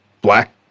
black